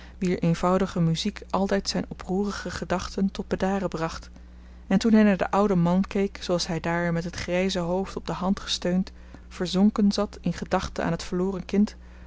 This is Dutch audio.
wier eenvoudige muziek altijd zijn oproerige gedachten tot bedaren bracht en toen hij naar den ouden man keek zooals hij daar met het grijze hoofd op de hand gesteund verzonken zat in gedachten aan het verloren kind